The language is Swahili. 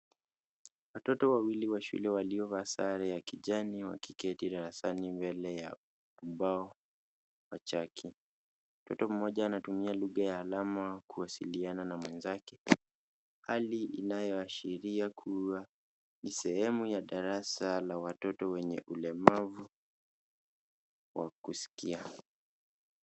Watoto wa shule walio na sare za kijani wamekti darasani mbele ya ubao wa chaki. Mtoto mmoja anatumia lugha ya alama kuwasiliana na mwenzake. Hali hiyo inaonyesha kuwa ni sehemu ya darasa la watoto wenye ulemavu wa kusikia.